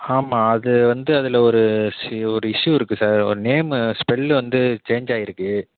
ஆமாம் அது வந்து அதில் ஒரு ஷ்யூ ஒரு இஷ்யூ இருக்கு சார் ஒரு நேமு ஸ்பெல்லு வந்து சேஞ்சாயிருக்கு